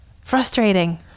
Frustrating